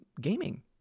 gaming